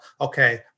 okay